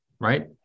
right